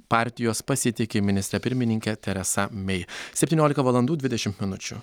partijos pasitiki ministre pirmininke teresa mei septyniolika valandų dvidešimt minučių